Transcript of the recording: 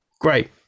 Great